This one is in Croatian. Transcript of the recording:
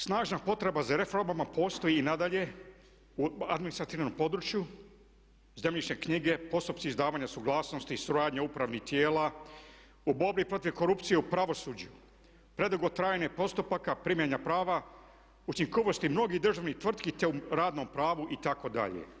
Snažna potreba za reformama postoji i nadalje u administrativnom području, zemljišne knjige, postupci izdavanja suglasnosti, suradnja upravnih tijela, u borbi protiv korupcije u pravosuđu, predugo trajanje postupaka, primjena prava, učinkovitost mnogih državnih tvrtki te u radnom pravu itd.